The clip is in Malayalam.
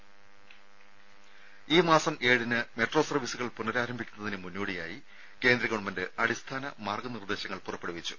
ദേദ ഈ മാസം ഏഴിന് മെട്രോ സർവ്വീസുകൾ പുഃനരാരംഭിക്കുന്നതിന് മുന്നോടിയായി കേന്ദ്ര ഗവൺമെന്റ് അടിസ്ഥാന മാർഗ്ഗ നിർദ്ദേശങ്ങൾ പുറപ്പെടുവിച്ചു